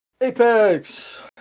apex